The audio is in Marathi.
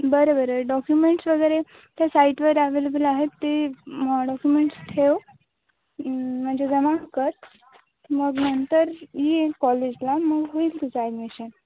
बरं बरं डॉक्युमेंट्स वगैरे त्या साईटवर ॲवेलेबल आहेत ते डॉक्युमेंट्स ठेव म्हणजे जमा कर मग नंतर ये कॉलेजला मग होईल तुझं ॲडमिशन